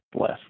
less